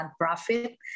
nonprofit